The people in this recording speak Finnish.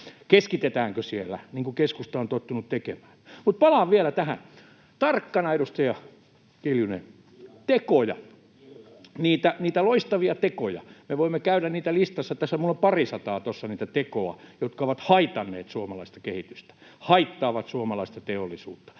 Keskitetäänkö siellä, niin kuin keskusta on tottunut tekemään? Mutta palaan vielä tähän. Tarkkana, edustaja Kiljunen. [Kimmo Kiljunen: Kyllä!] Tekoja. [Kimmo Kiljunen: Mielellään!] Niitä loistavia tekoja. Me voimme käydä niitä listassa tässä, minulla on parisataa tuossa niitä tekoja, jotka ovat haitanneet suomalaista kehitystä, haittaavat suomalaista teollisuutta,